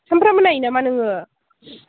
सामफ्रामबो नायो नामा नोङो